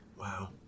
Wow